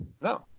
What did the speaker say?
No